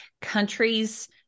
countries